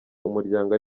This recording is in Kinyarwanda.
umuryango